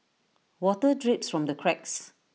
water drips from the cracks